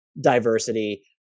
diversity